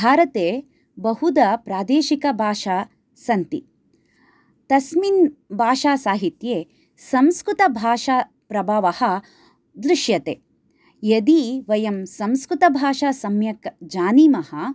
भारते बहुदा प्रादेशिकभाषा सन्ति तस्मिन् भाषासाहित्ये संस्कृतभाषाप्रभावः दृश्यते यदि वयं संस्कृतभाषा सम्यक् जानीमः